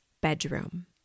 bedroom